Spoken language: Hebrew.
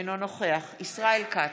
אינו נוכח ישראל כץ,